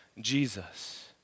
Jesus